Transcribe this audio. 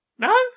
No